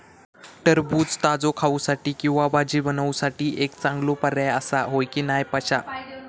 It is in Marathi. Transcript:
टरबूज ताजो खाऊसाठी किंवा भाजी बनवूसाठी एक चांगलो पर्याय आसा, होय की नाय पश्या?